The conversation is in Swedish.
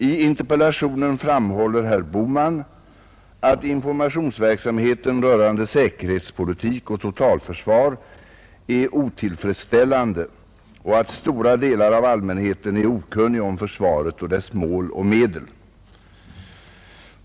I interpellationen framhåller herr Bohman att informationsverksamheten rörande säkerhetspolitik och totalförsvar är otillfredsställande och att stora delar av allmänheten är okunnig om försvaret och dess mål och medel.